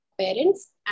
parents